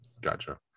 gotcha